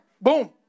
Boom